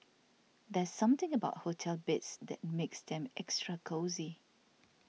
there's something about hotel beds that makes them extra cosy